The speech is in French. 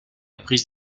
prise